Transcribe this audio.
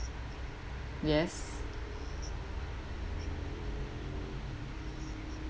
yes